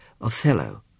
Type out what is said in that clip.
Othello